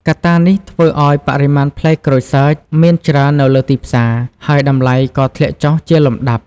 កត្តានេះធ្វើឱ្យបរិមាណផ្លែក្រូចសើចមានច្រើននៅលើទីផ្សារ ហើយតម្លៃក៏ធ្លាក់ចុះជាលំដាប់។